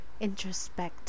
introspect